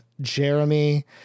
Jeremy